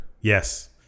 Yes